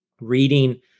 reading